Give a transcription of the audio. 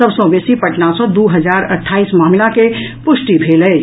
सभसॅ बेसी पटना सँ दू हजार अठाईस मामिला के पुष्टि भेल अछि